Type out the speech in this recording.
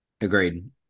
Agreed